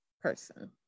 person